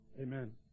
Amen